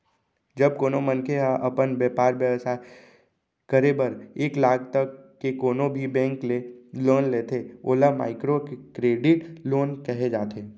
जब कोनो मनखे ह अपन बेपार बेवसाय करे बर एक लाख तक के कोनो भी बेंक ले लोन लेथे ओला माइक्रो करेडिट लोन कहे जाथे